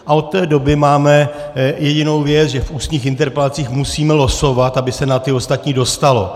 A od té doby máme jedinou věc, že v ústních interpelacích musíme losovat, aby se na ty ostatní dostalo.